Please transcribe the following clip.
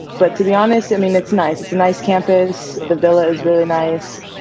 but to be honest, i mean, it's nice. it's a nice campus. the villa is really nice.